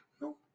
No